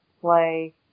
play